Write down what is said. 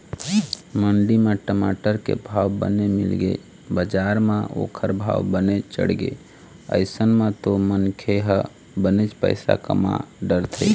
मंडी म टमाटर के भाव बने मिलगे बजार म ओखर भाव बने चढ़गे अइसन म तो मनखे ह बनेच पइसा कमा डरथे